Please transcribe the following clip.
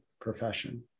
profession